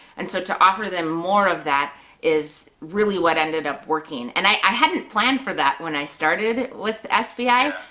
and so to offer them more of that is really what ended up working. and i hadn't planned for that when i started with sbi,